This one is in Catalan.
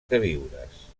queviures